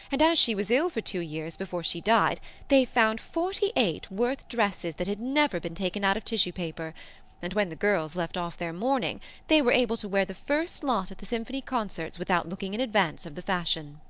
and as she was ill for two years before she died they found forty-eight worth dresses that had never been taken out of tissue paper and when the girls left off their mourning they were able to wear the first lot at the symphony concerts without looking in advance of the fashion.